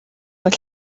bod